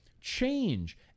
change